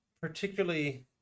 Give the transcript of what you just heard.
particularly